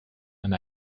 and